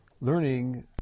learning